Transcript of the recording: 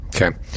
Okay